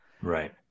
right